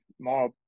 more